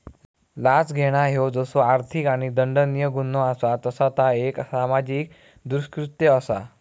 लाच घेणा ह्यो जसो आर्थिक आणि दंडनीय गुन्हो असा तसा ता एक सामाजिक दृष्कृत्य असा